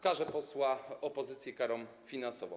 Karze posła opozycji karą finansową.